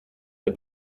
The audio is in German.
der